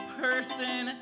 person